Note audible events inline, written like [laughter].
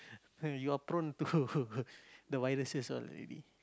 you are prone to [laughs] the viruses already